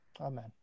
Amen